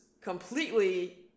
completely